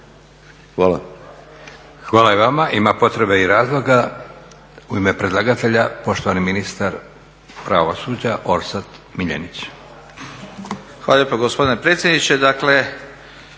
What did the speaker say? (SDP)** Hvala i vama. Ima potrebe i razloga u ime predlagatelja poštovani ministar pravosuđa Orsat MIljenić. **Miljenić, Orsat** Hvala lijepa gospodine predsjedniče.